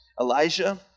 Elijah